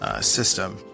system